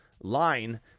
line